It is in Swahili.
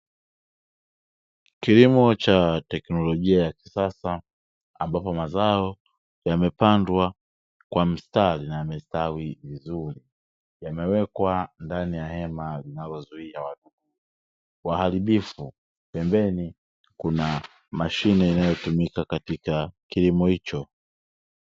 Kilimo cha teknolojia ya kisasa ambapo mazao yamepandwa kwa mistari na yamestawi vizuri, yanawekwa ndani ya hema zinazozuia vumbi kwa uharibifu pembeni. Kuna mashine inayotumika katika kilimo hicho."